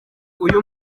uyu